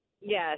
Yes